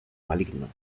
maligno